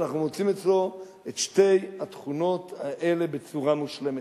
אנחנו מוצאים אצלו את שתי התכונות האלה בצורה מושלמת.